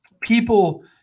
people